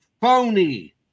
phony